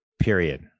Period